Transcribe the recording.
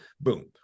boom